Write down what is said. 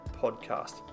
podcast